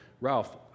Ralph